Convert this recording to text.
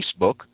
Facebook